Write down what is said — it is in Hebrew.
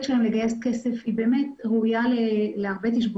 שלהם לגייס כסף היא באמת ראויה להרבה תשבחות.